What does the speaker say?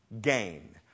gain